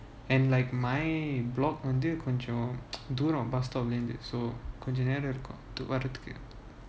and like my block வந்து:vanthu கொஞ்சம் தூரம்:konjam thooram bus stop leh இருந்து:irunthu so கொஞ்சம் நேரம் எடுக்கும்:konjam neram edukkum to வர்ரதுக்கு:varrathukku